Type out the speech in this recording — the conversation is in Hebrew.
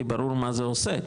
כי ברור מה זה עושה,